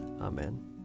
Amen